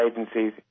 agencies